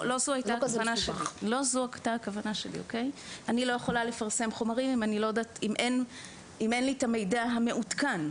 לא יכולה לפרסם חומרים אם אין לי את המידע המעודכן.